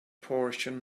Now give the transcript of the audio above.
portion